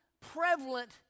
prevalent